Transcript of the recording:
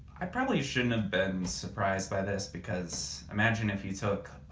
i probably shouldn't have been surprised by this, because imagine if you took, i